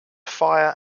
fire